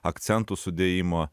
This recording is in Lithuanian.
akcentų sudėjimo